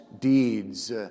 deeds